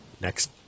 Next